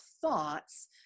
thoughts